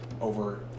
Over